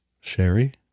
Sherry